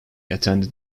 attended